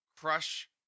crush